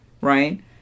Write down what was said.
Right